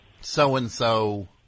so-and-so